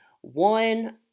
One